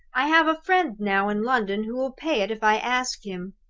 i have a friend now in london who will pay it if i ask him.